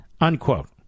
unquote